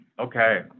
Okay